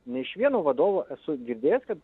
ne iš vieno vadovo esu girdėjęs kad